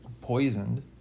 poisoned